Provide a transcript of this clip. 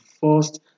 first